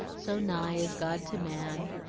so nigh is god to man,